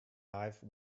life